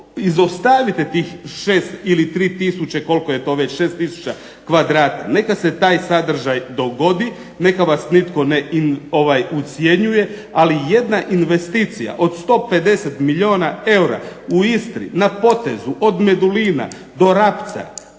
izostavite tih šest ili 3000 koliko je to već 6000 kvadrata neka se taj sadržaj dogodi, neka vas nitko ne ucjenjuje. Ali jedna investicija od 150 milijuna eura u Istri na potezu od Medulina do Rapca